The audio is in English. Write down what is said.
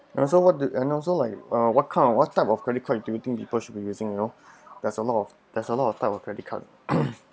and also what did and also like uh what kind of what type of credit card do you think people should be using you know there's a lot of there's a lot of type of credit card